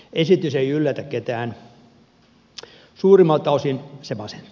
esitys ei yllätä ketään suurimmalta osin se masentaa